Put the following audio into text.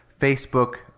Facebook